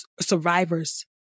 survivors